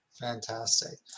Fantastic